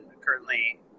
currently